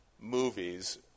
movies